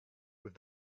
with